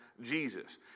Jesus